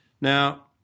Now